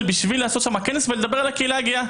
בשביל לעשות שם כנס ולדבר על הקהילה הגאה.